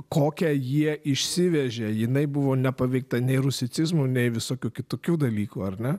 kokią jie išsivežė jinai buvo nepaveikta nei rusicizmų nei visokių kitokių dalykų ar ne